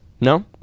No